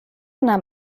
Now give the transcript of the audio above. nahm